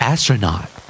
Astronaut